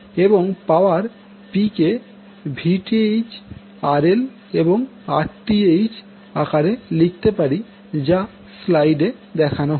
এবং power P কে Vth RL এবং Rth আকারে লিখতে পারি যা স্লাইড এ দেখানো হয়েছে